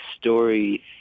story